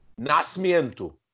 Nascimento